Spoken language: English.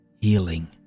healing